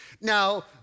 Now